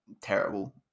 terrible